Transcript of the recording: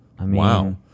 Wow